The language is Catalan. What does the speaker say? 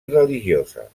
religiosa